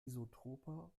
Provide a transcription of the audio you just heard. isotroper